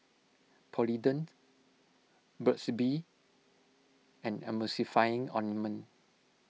Polident Burt's Bee and Emulsying Ointment